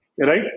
Right